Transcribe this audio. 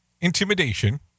intimidation